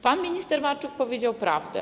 Pan minister Marczuk powiedział prawdę.